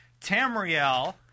Tamriel